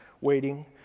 waiting